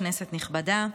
כנסת נכבדה,